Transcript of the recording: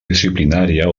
disciplinària